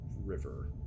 river